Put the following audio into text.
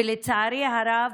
ולצערי הרב,